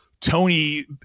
Tony